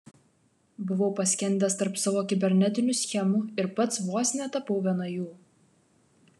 buvau paskendęs tarp savo kibernetinių schemų ir pats vos netapau viena jų